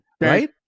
right